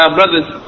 brothers